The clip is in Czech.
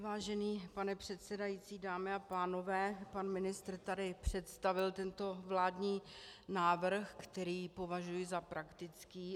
Vážený pane předsedající, dámy a pánové, pan ministr tady představil tento vládní návrh, který považuji za praktický.